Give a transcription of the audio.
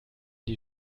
die